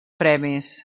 premis